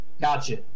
Gotcha